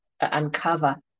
uncover